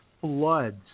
floods